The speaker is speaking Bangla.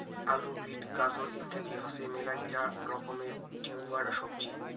আলু, বিট, গাজর ইত্যাদি হসে মেলাগিলা রকমের টিউবার সবজি